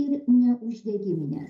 ir neuždegimines